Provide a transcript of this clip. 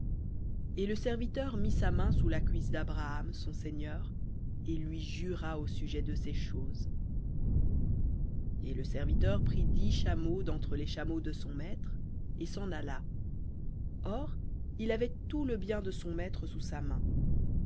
et le serviteur mit sa main sous la cuisse d'abraham son seigneur et lui jura au sujet de ces choses et le serviteur prit dix chameaux d'entre les chameaux de son maître et s'en alla or il avait tout le bien de son maître sous sa main